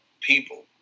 people